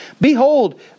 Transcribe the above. Behold